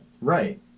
right